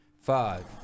Five